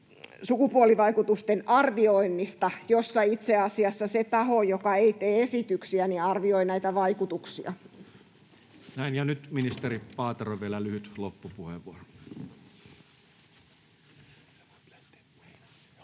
sukupuolivaikutusten arvioinnista, jossa itse asiassa se taho, joka ei tee esityksiä, arvioi näitä vaikutuksia. Laittakaa mikrofoni päälle, niin kaikki kuulevat